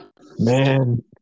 man